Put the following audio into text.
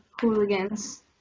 hooligans